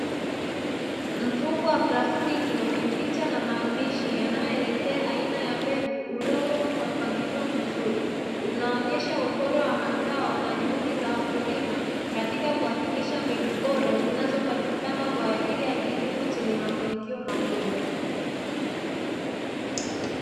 Mfuko wa plastiki wenye picha na maandishi yanayoelezea aina ya mbegu uliowekwa kwa mpangilio mzuri, unaonyesha ubora wa mazao na juhudi za wakulima katika kuhakikisha mbegu bora zinazopatikana kwa ajili ya kilimo chenye mafanikio makubwa.